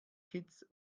kitts